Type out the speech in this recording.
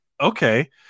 okay